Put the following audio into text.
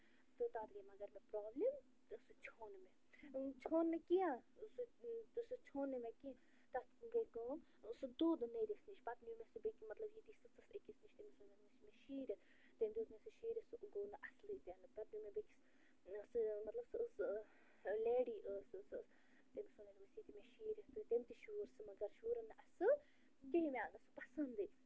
تہٕ تَتھ گٔے مگر مےٚ پرٛابلِم تہٕ سُہ ژھیوٚن مےٚ ژھیوٚن نہٕ کیٚنٛہہ سُہ ژھیوٚن نہٕ مےٚ کیٚنٛہہ تتھ گٔے کٲم سُہ دوٚد نٔرِس نِش پتہٕ نیوٗ مےٚ سُہ بیٚکہِ مطلب ییٚتہِ سٕژس أکِس نِش تٔمِس ووٚن مےٚ شیٖرِتھ تٔمۍ دیُت مےٚ سُہ شیٖرِتھ سُہ گوٚو نہٕ اصلٕے تہِ نہٕ پتہٕ نیوٗ مےٚ بیٚکِس سہٕ مطلب سہٕ ٲس لیڈی ٲس سہٕ سُہ ٲس تٔمِس ووٚن مےٚ دوٚپمَس یہِ دِ مےٚ شیٖرِتھ تہٕ تٔمۍ تہِ شوٗر سُہ مگر شوٗرُن نہٕ اصٕل کیٚنٛہہ مےٚ آو نہٕ سُہ پسندٕے